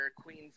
Queen's